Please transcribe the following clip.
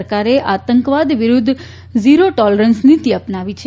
સરકારે આતંકવાદ વિરુધ્ધ ઝીરો ટોલરન્સ નીતિ અપનાવી છે